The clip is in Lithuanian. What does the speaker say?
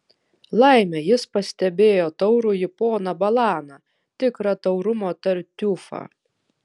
laimė jis pastebėjo taurųjį poną balaną tikrą taurumo tartiufą